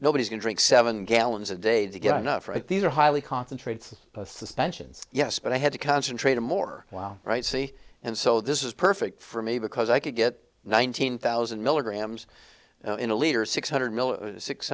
nobody's going to take seven gallons a day to get enough right these are highly concentrated suspensions yes but i had to concentrate more wow right see and so this is perfect for me because i could get nineteen thousand milligrams in a leader six hundred six